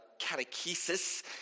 catechesis